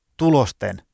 tulosten